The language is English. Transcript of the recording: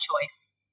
choice